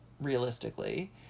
realistically